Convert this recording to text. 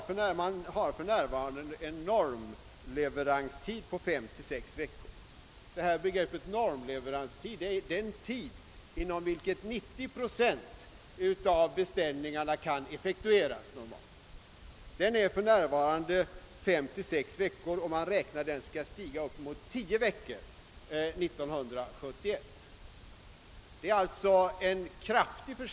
För närvarande har verket en normleveranstid, alltså för 90 procent av beställningarnas effektuering, på fem, sex veckor, och den tiden beräknas år 1971 komma att öka till upp emot tio veckor.